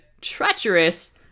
treacherous